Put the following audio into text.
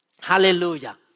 Hallelujah